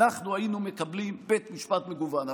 אנחנו היינו מקבלים בית משפט מגוון.